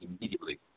immediately